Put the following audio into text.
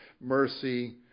mercy